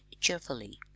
cheerfully